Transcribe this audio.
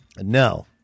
No